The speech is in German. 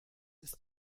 ist